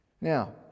Now